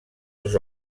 els